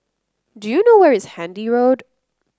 do you know where is Handy Road